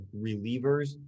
relievers